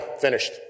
finished